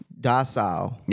docile